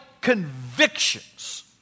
convictions